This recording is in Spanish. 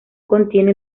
contiene